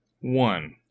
one